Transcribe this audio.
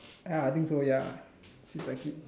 ya I think so ya